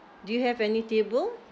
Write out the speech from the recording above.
do you have any table